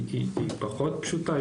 היא פחות פשוטה,